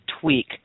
tweak